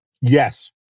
Yes